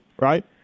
right